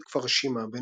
יליד כפר שימא,